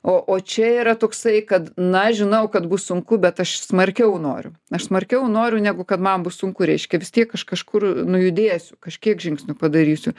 o o čia yra toksai kad na žinau kad bus sunku bet aš smarkiau noriu aš smarkiau noriu negu kad man bus sunku reiškia vis tiek aš kažkur nu judėsiu kažkiek žingsnių padarysiu